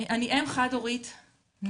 אני אם חד הורית נטו,